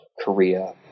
Korea